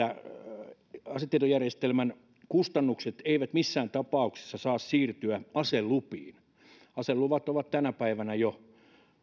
siitä että asetietojärjestelmän kustannukset eivät missään tapauksessa saa siirtyä aselupiin aseluvat ovat tänä päivänä jo